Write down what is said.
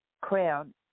crown